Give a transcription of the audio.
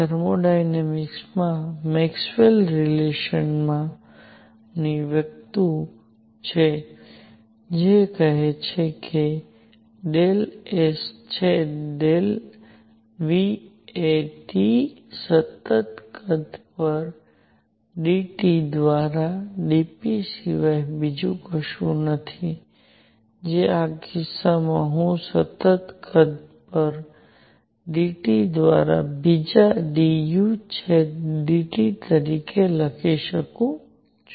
હવે થર્મોડાયનેમિક્સમાં Maxwell relation નામની એક વસ્તુ છે જે કહે છે કે ડેલ S છેદ ડેલ V એ T સતત કદ પર dT દ્વારા dp સિવાય બીજું કશું નથી જે આ કિસ્સામાં હું સતત કદ પર dT દ્વારા ત્રીજા d U છેદ dT તરીકે લખી શકું છું